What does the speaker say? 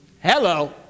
Hello